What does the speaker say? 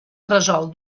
resol